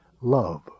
love